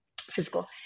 physical